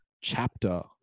chapter